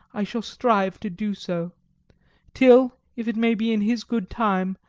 i shall strive to do so till, if it may be in his good time,